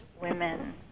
women